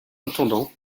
intendant